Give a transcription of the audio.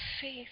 Faith